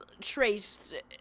traced